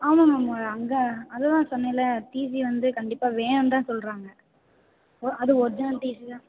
ஆமா மேம் அங்கே அதுதான் சொன்னேன்ல டிசி வந்து கண்டிப்பாக வேணும்னு தான் சொல்கிறாங்க அதுவும் ஒர்ஜினல் டிசி தான்